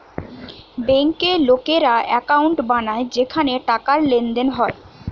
বেঙ্কে লোকেরা একাউন্ট বানায় যেখানে টাকার লেনদেন হয়